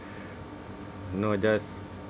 no just